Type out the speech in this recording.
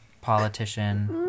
politician